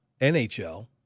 NHL